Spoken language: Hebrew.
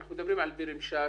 אנחנו מדברים על ביר משאש,